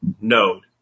node